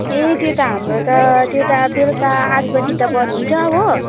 ए त्यो त हाम्रो त त्यो त बेलुका आठ बजी त बन्द हुन्छ हो